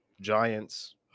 Giants